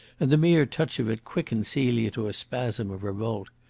and the mere touch of it quickened celia to a spasm of revolt.